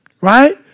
Right